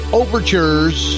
overtures